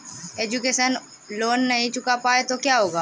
Education loan नहीं चुका पाए तो क्या होगा?